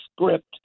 script